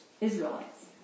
Israelites